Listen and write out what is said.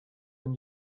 wenn